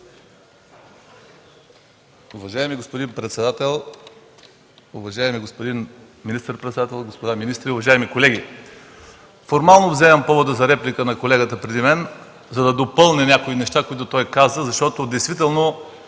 Уважаеми господин председател, уважаеми господин министър-председател, господа министри, уважаеми колеги! Взимам формално повод за реплика от изказването на колегата преди мен, за да допълня някои неща, които той каза. Действително